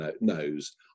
knows